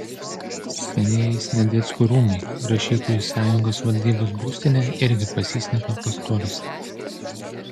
senieji sniadeckių rūmai rašytojų sąjungos valdybos būstinė irgi pasislėpė pastoliuose